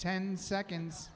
ten seconds